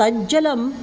तञ्जलम्